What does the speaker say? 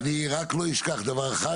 אני רק לא אשכח דבר אחד,